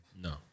No